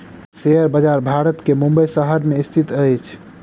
share बजार भारत के मुंबई शहर में स्थित अछि